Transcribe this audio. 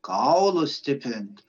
kaulus stiprint